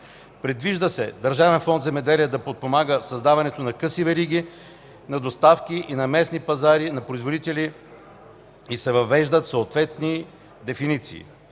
Предвижда се Държавен фонд „Земеделие” да подпомага създаването на къси вериги на доставки и на местни пазари на производителите и се въвеждат съответните дефиниции.